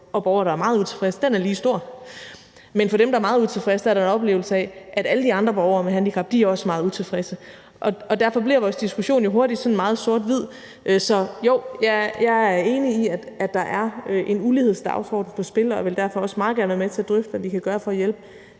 og borgere, der er meget utilfredse, er lige stor. Men for dem, der er meget utilfredse, er der en oplevelse af, at alle de andre borgere med handicap også er meget utilfredse, og derfor bliver vores diskussion jo hurtigt sådan meget sort-hvid. Så jo, jeg er enig i, at der er en ulighedsdagsorden på spil, og jeg vil derfor også meget gerne være med til at drøfte, hvad vi kan gøre for at hjælpe